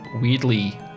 weirdly